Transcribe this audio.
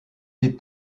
des